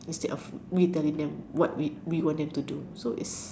instead of we telling them what we want them to do so it's